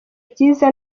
byiza